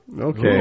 Okay